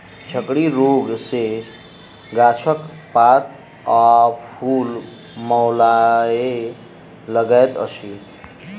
झड़की रोग सॅ गाछक पात आ फूल मौलाय लगैत अछि